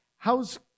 How's